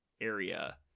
area